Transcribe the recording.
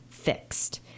fixed